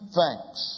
thanks